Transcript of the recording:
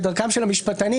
כדרכם של המשפטנים,